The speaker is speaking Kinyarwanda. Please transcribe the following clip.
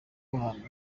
ahantu